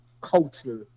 culture